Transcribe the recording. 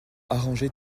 arranger